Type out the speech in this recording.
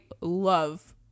love